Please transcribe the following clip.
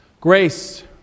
Grace